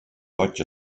goig